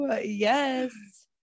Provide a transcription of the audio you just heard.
yes